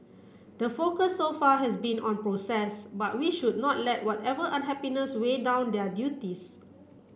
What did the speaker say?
the focus so far has been on process but we should not let whatever unhappiness weigh down their duties